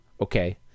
Okay